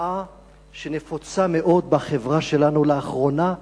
לתופעה שנפוצה מאוד בחברה שלנו לאחרונה,